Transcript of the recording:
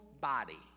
body